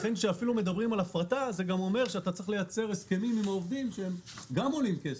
כשמדברים על הפרטה צריך לייצר הסכמים עם העובדים שגם עולים כסף.